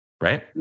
Right